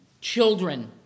children